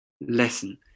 lesson